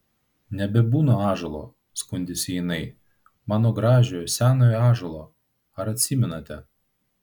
nebebūna ąžuolo skundėsi jinai mano gražiojo senojo ąžuolo ar atsimenate